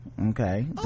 okay